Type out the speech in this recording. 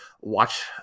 watch